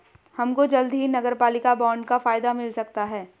हमको जल्द ही नगरपालिका बॉन्ड का फायदा मिल सकता है